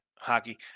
hockey